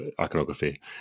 iconography